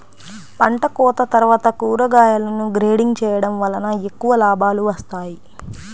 పంటకోత తర్వాత కూరగాయలను గ్రేడింగ్ చేయడం వలన ఎక్కువ లాభాలు వస్తాయి